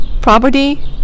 property